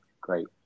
great